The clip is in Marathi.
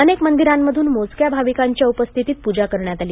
अनेक मंदिरांमधून मोजक्या भाविकांच्या उपस्थितीत पुजा करण्यात आली